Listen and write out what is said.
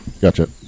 Gotcha